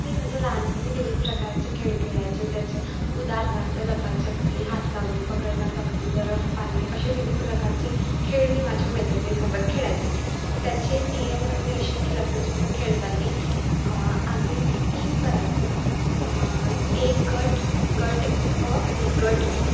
मी माझ्या लहानपणी विविध प्रकारचे खेळ खेळायचे त्याचे उदाहरणार्थ लपाछपी हात लावणे पकडनापकडी बरफ पानी असे विविध प्रकारचे खेळ मी माझ्या मैत्रिणीसोबत खेळायचे त्याचे नियम म्हणजे अशी की लपनछपन खेळताना आम्ही टीम करायचो एक गट गट अ आणि गट बी